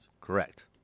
Correct